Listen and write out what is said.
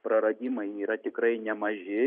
praradimai yra tikrai nemaži